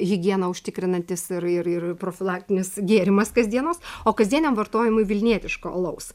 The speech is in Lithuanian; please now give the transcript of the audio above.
higieną užtikrinantis ir ir ir profilaktinis gėrimas kasdienos o kasdieniam vartojimui vilnietiško alaus